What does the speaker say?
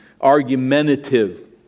argumentative